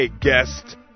guest